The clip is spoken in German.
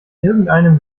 irgendeinem